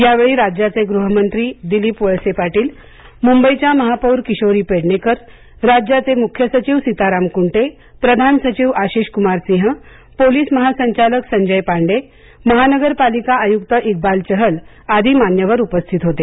यावेळी राज्याचे गृह मंत्री दिलीप वळसे पाटील मुंबईच्या महापौर किशोरी पेडणेकर राज्याचे मुख्य सचिव सीताराम कुंटे प्रधान सचिव आशिष कुमार सिंह पोलीस महासंचालक संजय पांडे महानगरपालिका आयुक्त इक्बाल चहल आदी मान्यवर उपस्थित होते